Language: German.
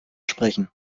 sprechen